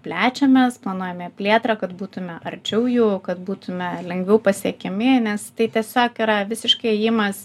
plečiamės planuojame plėtrą kad būtume arčiau jų kad būtume lengviau pasiekiami nes tai tiesiog yra visiškai ėjimas